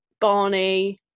Barney